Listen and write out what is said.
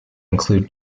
include